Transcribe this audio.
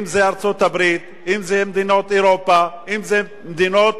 אם ארצות-הברית, אם מדינות אירופה, אם מדינות